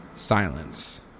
silence